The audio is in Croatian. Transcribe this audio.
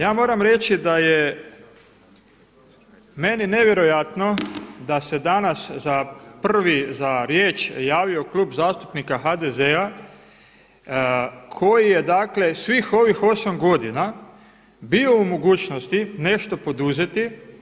Ja moram reći da je meni nevjerojatno da se danas prvi za riječ javio Klub zastupnika HDZ-a koji je dakle svih ovih 8 godina bio u mogućnosti nešto poduzeti.